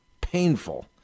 painful